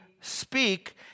speak